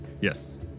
Yes